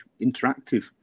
interactive